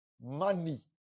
Money